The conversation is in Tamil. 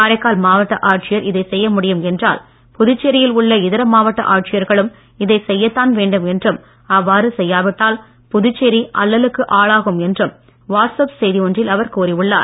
காரைக்கால் மாவட்ட ஆட்சியர் இதை செய்ய முடியும் என்றால் புதுச்சேரியில் உள்ள இதர மாவட்ட ஆட்சியர்களும் இதை செய்யத் தான் வேண்டும் என்றும் அவ்வாறு செய்யாவிட்டால் புதுச்சேரி அல்லலுக்கு ஆளாகும் என்றும் வாட்ஸ் அப் செய்தி ஒன்றில் அவர் கூறியுள்ளார்